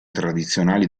tradizionali